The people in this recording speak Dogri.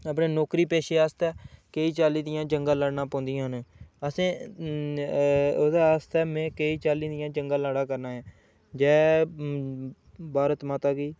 अपने नौकरी पेशे आस्तै केईं चाल्ली दियां जंगां लड़ने पोंदियां न असें ओह्दे आस्तै में केईं चाल्ली केईं चाल्ली दियां जंगां लड़ा करना ऐ जै भारत माता की